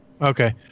Okay